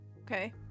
Okay